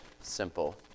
simple